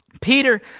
Peter